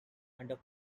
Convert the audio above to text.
under